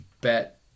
bet